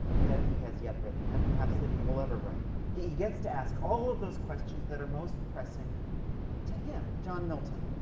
that he has yet written and perhaps that he will ever write. he he gets to ask all of those questions that are most pressing to him, him, john milton.